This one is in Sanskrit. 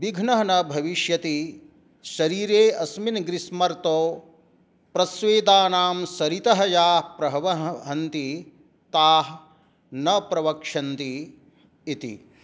विघ्नः न भविष्यति शरीरे अस्मिन् ग्रीष्मर्तौ प्रस्वेदानां सरितः या प्रवहन्ति ताः न प्रवक्षन्ति इति